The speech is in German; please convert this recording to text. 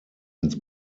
ins